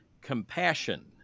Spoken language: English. Compassion